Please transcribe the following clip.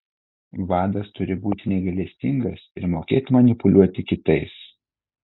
vadas turi būti negailestingas ir mokėt manipuliuoti kitais